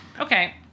Okay